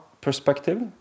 perspective